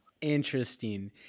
Interesting